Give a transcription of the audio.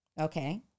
Okay